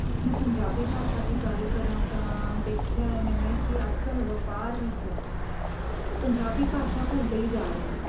ਮੈਂ ਪੰਜਾਬੀ ਭਾਸ਼ਾ ਦੀ ਗੱਲ ਕਰਾਂ ਤਾਂ ਦੇਖਿਆ ਏ ਮੈਨੇ ਕਿ ਅੱਜ ਕੱਲ੍ਹ ਵਪਾਰ ਵਿੱਚ ਪੰਜਾਬੀ ਭਾਸ਼ਾ ਭੁੱਲਦੇ ਹੀ ਜਾ ਰਹੇ ਨੇ